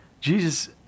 Jesus